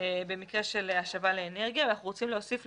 במקרה של השבה לאנרגיה ואנחנו רוצים להוסיף: